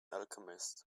alchemist